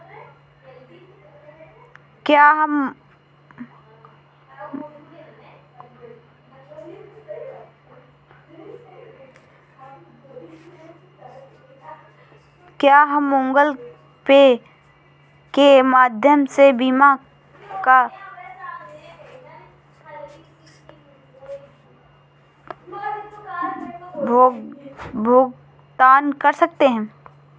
क्या हम Google Pay के माध्यम से बीमा का भुगतान कर सकते हैं?